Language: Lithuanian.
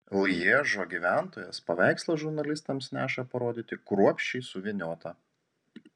lježo gyventojas paveikslą žurnalistams neša parodyti kruopščiai suvyniotą